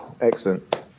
Excellent